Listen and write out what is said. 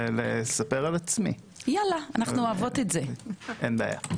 לספר על עצמי - אבל בשמחה.